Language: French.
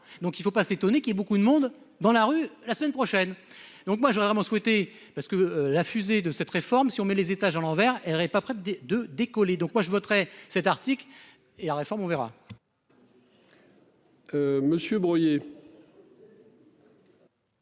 Donc il faut pas s'étonner qu'il y ait beaucoup de monde dans la rue la semaine prochaine. Donc moi j'aurais vraiment souhaité parce que la fusée de cette réforme si on met les étages à l'envers, elle avait pas près de décoller. Donc moi je voterai cet article et la réforme on verra. Monsieur Breuiller.